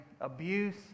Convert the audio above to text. abuse